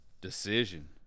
Decision